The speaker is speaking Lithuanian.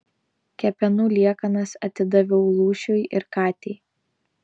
kepenų liekanas atidaviau lūšiui ir katei